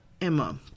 Emma